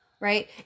Right